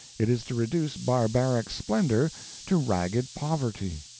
it is to reduce barbaric splendor to ragged poverty.